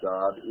God